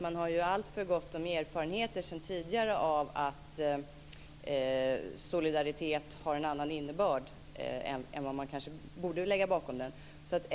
Man har alltför gott om erfarenheter sedan tidigare av att solidaritet har en annan innebörd än vad som kanske borde ligga bakom den.